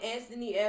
Anthony